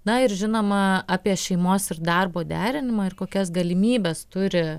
na ir žinoma apie šeimos ir darbo derinimą ir kokias galimybes turi